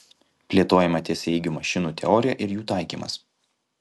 plėtojama tiesiaeigių mašinų teorija ir jų taikymas